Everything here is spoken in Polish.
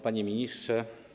Panie Ministrze!